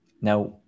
Now